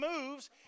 moves